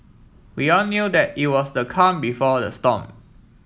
we all knew that it was the calm before the storm